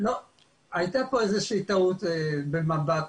הייתה פה איזושהי טעות מסוימת.